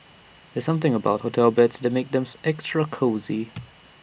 there's something about hotel beds that makes them extra cosy